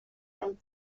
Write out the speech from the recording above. from